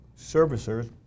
servicers